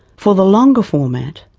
for the longer format,